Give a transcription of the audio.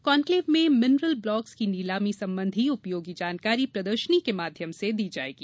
conclave में mineral blocks की नीलामी संबंधी उपयोगी जानकारी प्रदर्शनी के माध्यम से दी जायेगी